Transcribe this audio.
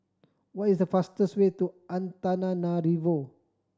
what is the fastest way to Antananarivo